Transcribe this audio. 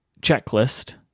checklist